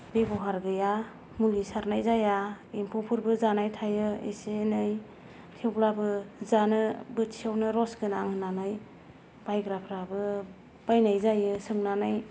बेब'हार गैया मुलि सारनाय जाया एम्फौफोरबो जानाय थायो एसे एनै थेवब्लाबो जानो बोथिसेआवनो रस गोनां होननानै बायग्राफ्राबो बायनाय जायो सोंनानै